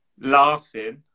laughing